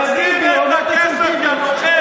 אלא ביבי עובד אצל טיבי.